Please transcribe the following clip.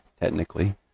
technically